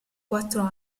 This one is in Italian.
quattro